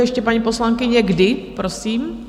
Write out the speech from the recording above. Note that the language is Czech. Ještě, paní poslankyně, kdy, prosím?